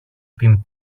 την